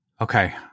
okay